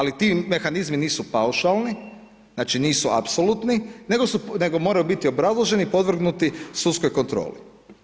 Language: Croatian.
Ali ti mehanizmi nisu paušalni, znači nisu apsolutni, nego moraju biti obrazloženi, podvrgnuti sudskoj kontroli.